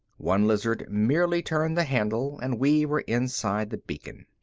one lizard merely turned the handle and we were inside the beacon.